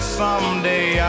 someday